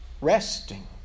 resting